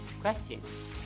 questions